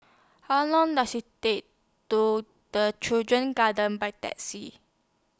How Long Does IT Take to The Children's Garden By Taxi